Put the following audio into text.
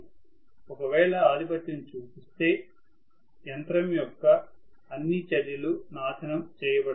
ఒకవేళ ఆధిపత్యం చూస్తే యంత్రం యొక్క అన్ని చర్యలు నాశనం చేయబడతాయి